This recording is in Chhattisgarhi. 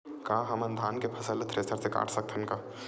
का हमन धान के फसल ला थ्रेसर से काट सकथन का?